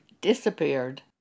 disappeared